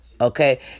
Okay